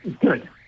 Good